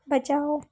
बचाओ